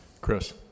Chris